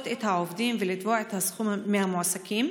את העובדים ולתבוע את הסכום מהמעסיקים?